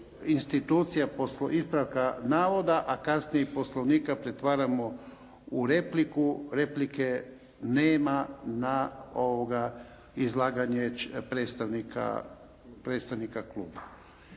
ne bude ispravka navoda a kasnije i poslovnika pretvaramo u repliku. Replike nema na izlaganje predstavnika kluba.